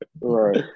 Right